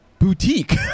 boutique